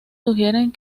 sugieren